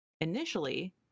Initially